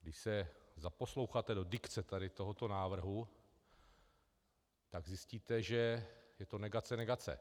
Když se zaposloucháte do dikce tady tohoto názoru, tak zjistíte, že je to negace negace.